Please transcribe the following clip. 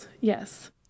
yes